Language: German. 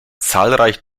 zahlreich